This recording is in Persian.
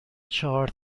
چهار